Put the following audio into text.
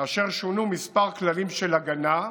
כאשר שונו כמה כללים של הגנה,